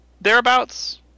Thereabouts